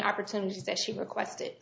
opportunities that she requested it